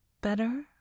Better